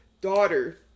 daughter